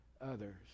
others